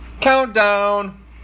Countdown